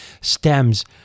stems